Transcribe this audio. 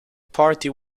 party